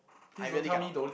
I really cannot